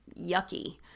yucky